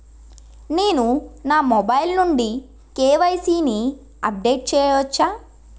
నేను నా మొబైల్ నుండి కే.వై.సీ ని అప్డేట్ చేయవచ్చా?